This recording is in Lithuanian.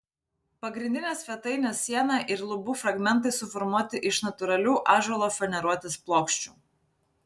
pagrindinė svetainės siena ir lubų fragmentai suformuoti iš natūralių ąžuolo faneruotės plokščių